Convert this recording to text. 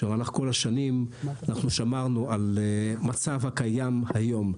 שבמהלך כל השנים אנחנו שמרנו על המצב הקיים היום.